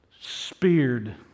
speared